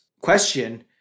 question